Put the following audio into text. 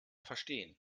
verstehen